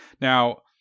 Now